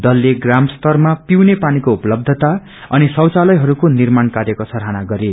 दलले प्राम स्तरमा पिउने पानीको उपलब्धता अनि शैचखलयहरूको निर्माण कार्यको सराहना गरे